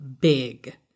big